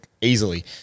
easily